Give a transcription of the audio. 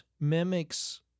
mimics